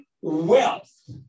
wealth